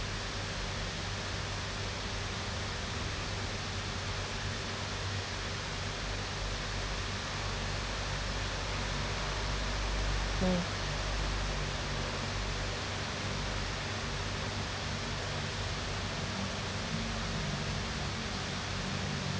mm